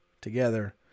together